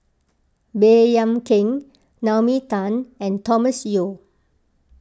Baey Yam Keng Naomi Tan and Thomas Yeo